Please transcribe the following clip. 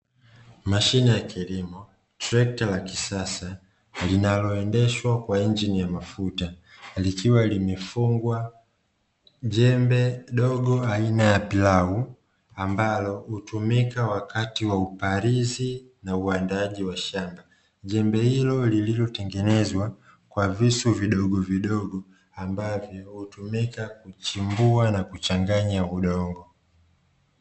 Mashine ya kilimo, trekta la kisasa linaloendeshwa kwa injini ya mafuta likiwa limefungwa jembe dogo aina ya plau ambalo hutumika wakati wa upalizi na uandaaji wa shamba. Jembe hilo lililotengenezwa kwa visu vidogovidogo ambavyo hutumika kuchimbua na kuchanganya udongo.